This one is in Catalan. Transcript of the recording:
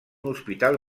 hospital